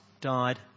died